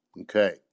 Okay